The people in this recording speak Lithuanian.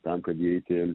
tam kad įeiti